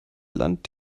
land